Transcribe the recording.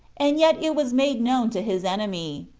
and yet it was made known to his enemy.